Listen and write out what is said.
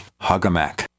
hugAMAC